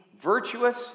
virtuous